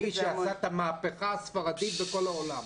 האיש שעשה את המהפכה הספרדית בכל העולם.